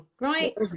right